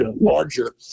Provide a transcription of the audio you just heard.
larger